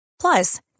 Plus